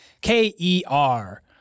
K-E-R